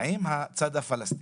עם הצד הפלסטיני.